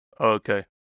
Okay